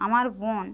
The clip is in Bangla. আমার বোন